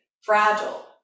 fragile